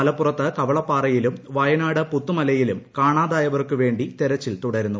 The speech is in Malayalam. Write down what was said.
മലപ്പുറത്ത് കവളപ്പാറയിലും വയനാട് പുത്തുമലയിലും കാണാതായവർക്കുവേണ്ടി തെരച്ചിൽ തുടരുന്നു